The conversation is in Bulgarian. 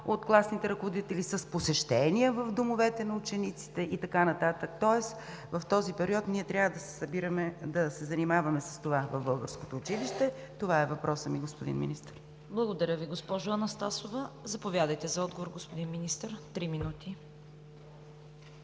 от класните ръководители, с посещения в домовете на учениците и така нататък. Тоест в този период ние трябва да се занимаваме с това в българското училище. Това е въпросът ми, господин Министър. ПРЕДСЕДАТЕЛ ЦВЕТА КАРАЯНЧЕВА: Благодаря Ви, госпожо Анастасова. Заповядайте за отговор, господин Министър – три минути.